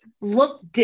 look